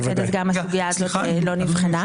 כך שגם הסוגייה הזאת לא נבחנה.